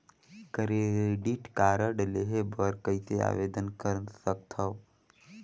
Credit card लेहे बर कइसे आवेदन कर सकथव?